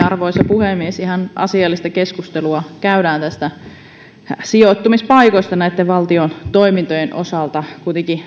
arvoisa puhemies ihan asiallista keskustelua käydään näistä sijoittumispaikoista näitten valtion toimintojen osalta kuitenkin